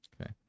Okay